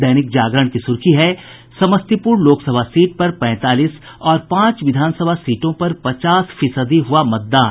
दैनिक जागरण की सुर्खी है समस्तीपुर लोकसभा सीट पर पैंतालीस और पांच विधानसभा सीटों पर पचास फीसदी हुआ मतदान